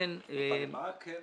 מה כן העברנו?